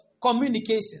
Communication